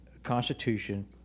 constitution